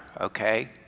okay